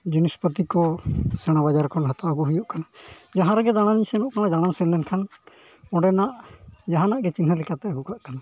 ᱡᱤᱱᱤᱥ ᱯᱟᱹᱛᱤ ᱠᱚ ᱥᱮᱬᱟ ᱵᱟᱡᱟᱨ ᱠᱷᱚᱱ ᱦᱟᱛᱟᱣ ᱠᱚ ᱦᱩᱭᱩᱜ ᱠᱟᱱᱟ ᱡᱟᱦᱟᱸ ᱨᱮᱜᱮ ᱫᱟᱬᱟᱱᱤᱧ ᱥᱮᱱᱚᱜ ᱠᱟᱱᱟ ᱫᱟᱬᱟ ᱥᱮᱱ ᱞᱮᱱᱠᱷᱟᱱ ᱚᱸᱰᱮᱱᱟᱜ ᱡᱟᱦᱟᱱᱟᱜ ᱜᱮ ᱪᱤᱱᱦᱟᱹ ᱞᱮᱠᱟᱛᱮ ᱟᱹᱜᱩ ᱠᱟᱜ ᱠᱟᱱᱟ